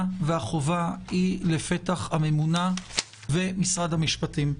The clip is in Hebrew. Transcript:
והחובה היא לפתח הממונה ומשרד המשפטים.